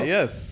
Yes